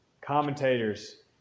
commentators